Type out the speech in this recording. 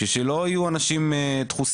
בשביל שלא יהיו אנשים דחוסים,